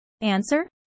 Answer